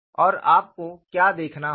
और आपको क्या देखना होगा